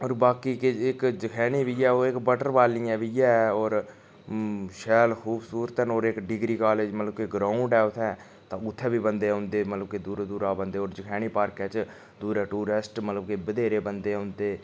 होर बाकी इक जखैनी बी ऐ ओह् इक वाटरफाल बी ऐ होर शैल खूबसूरत होर न इक डिग्री कालेज मतलब कि ग्राउन्ड ऐ उत्थै तां उत्थैं बी बन्दे औंदे मतलब कि दूरा दूरा बन्दे औंदे जखैनी पार्के च दूरा टूरेस्ट मतलब कि बथेरे बन्दे औंदे